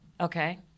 Okay